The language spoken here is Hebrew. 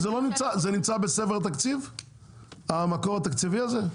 זה נמצא בספר התקציב המקור התקציבי הזה?